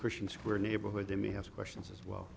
christian square neighborhood they may have questions as well